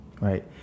right